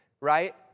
right